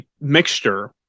mixture